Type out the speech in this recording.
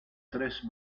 tres